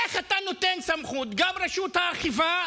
איך אתה נותן סמכות, גם רשות האכיפה,